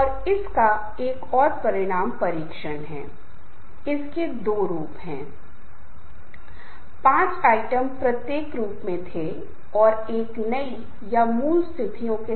इसलिए लोग दूसरों के साथ तुलना करते रहते हैं कि वे क्या कर रहे हैं दूसरे क्या कर रहे हैं वे कैसे बेहतर कर सकते हैं कैसे वे कुछ चीजें हासिल कर सकते हैं वे अपने समाज के लिए अपने समुदाय के लिए क्या कर सकते हैं